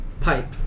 pipe